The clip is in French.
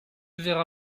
verra